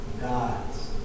God's